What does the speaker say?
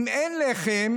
אם אין לחם,